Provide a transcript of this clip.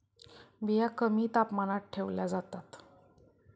बिया कमी तापमानात ठेवल्या जातात